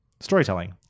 storytelling